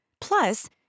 Plus